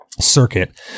circuit